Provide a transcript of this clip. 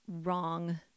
wrong